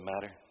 matter